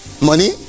money